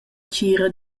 tgira